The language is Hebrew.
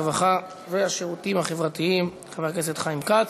הרווחה והשירותים החברתיים חבר הכנסת חיים כץ.